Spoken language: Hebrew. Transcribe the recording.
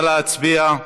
להצביע.